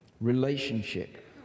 relationship